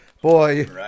Boy